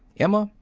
emma,